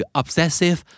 obsessive